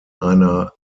einer